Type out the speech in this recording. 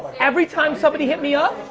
every time somebody hit me up,